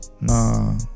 Nah